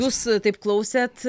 jūs taip klausėt